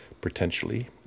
potentially